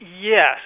Yes